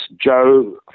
Joe